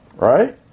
right